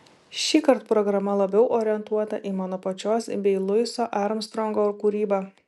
šįkart programa labiau orientuota į mano pačios bei luiso armstrongo kūrybą